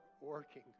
working